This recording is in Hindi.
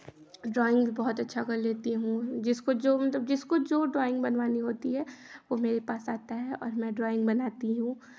ड्राॅइंग बहोत अच्छा बना लेती हूँ जिसको जो मतलब जिसको जो ड्राॅइंग बनवानी होती है वो मेरे पास आता है और मैं ड्राॅइंग बनाती हूँ